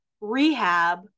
Rehab